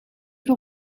voor